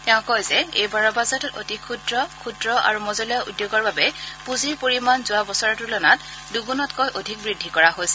তেওঁ কয় যে এইবাৰৰ বাজেটত অতি ক্ষুদ্ৰ ক্ষুদ্ৰ আৰু মজলীয়া উদ্যোগৰ বাবে পূঁজিৰ পৰিমাণ যোৱা বছৰৰ তুলনাত দুণ্ণতকৈও অধিক বৃদ্ধি কৰা হৈছে